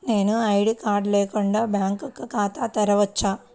నేను ID card లేకుండా bank ఖాతా తెరవచ్చా?